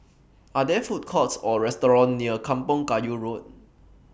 Are There Food Courts Or restaurants near Kampong Kayu Road